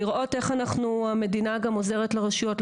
לראות איך המדינה גם עוזרת לרשויות.